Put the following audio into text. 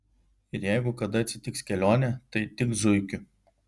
ir jeigu kada atsitiks kelionė tai tik zuikiu